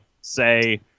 say